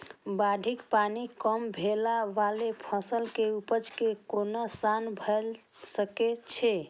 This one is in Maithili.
बाढ़िक पानि कम भेलाक बादो फसल के उपज कें नोकसान भए सकै छै